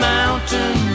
Mountain